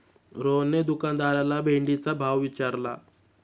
रोहनने दुकानदाराला भेंडीचा भाव विचारला